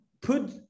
put